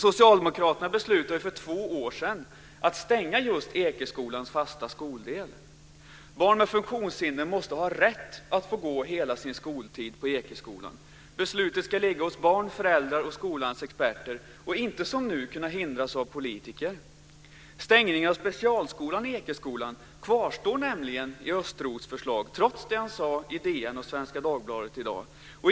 Socialdemokraterna beslutade för två år sedan att stänga just Ekeskolans fasta skoldel. Barn med funktionshinder måste ha rätt att få gå hela sin skoltid på Ekeskolan. Beslutet ska ligga hos barn, föräldrar och skolans experter och inte som nu kunna hindras av politiker. Stängningen av specialskolan Ekeskolan kvarstår nämligen i Östros förslag, trots det han har sagt i DN och Svenska Dagbladet i dag.